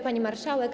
Pani Marszałek!